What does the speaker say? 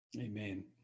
Amen